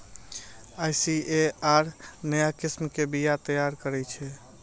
ICAR नया किस्म के बीया तैयार करै छै